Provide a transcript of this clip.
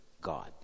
God